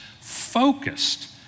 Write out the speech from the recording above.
focused